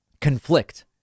conflict